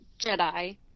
jedi